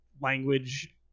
language